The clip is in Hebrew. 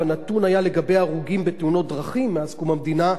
הנתון היה לגבי הרוגים בתאונות דרכים מאז קום המדינה,